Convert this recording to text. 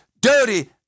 dirty